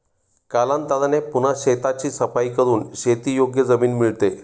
कालांतराने पुन्हा शेताची सफाई करून शेतीयोग्य जमीन मिळते